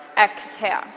exhale